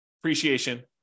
appreciation